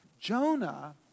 Jonah